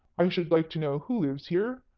i should like to know who lives here?